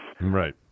Right